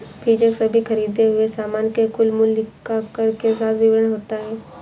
बीजक सभी खरीदें हुए सामान के कुल मूल्य का कर के साथ विवरण होता है